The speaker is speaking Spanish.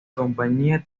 compañía